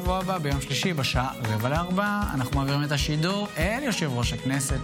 חברות וחברי הכנסת,